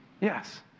Yes